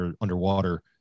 underwater